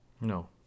no